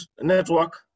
network